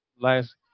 last